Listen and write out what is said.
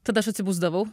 tada aš atsibusdavau